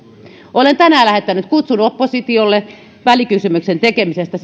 olen tänään lähettänyt kutsun oppositiolle välikysymyksen tekemisestä